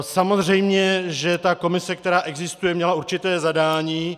Samozřejmě, že ta komise, která existuje, měla určité zadání.